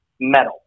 metal